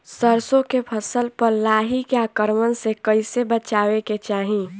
सरसो के फसल पर लाही के आक्रमण से कईसे बचावे के चाही?